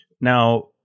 Now